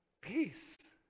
peace